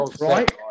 right